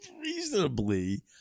reasonably